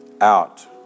out